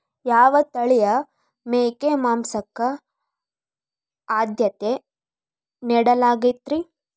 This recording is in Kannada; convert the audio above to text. ಯಾವ ತಳಿಯ ಮೇಕೆ ಮಾಂಸಕ್ಕ, ಆದ್ಯತೆ ನೇಡಲಾಗತೈತ್ರಿ?